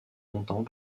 longtemps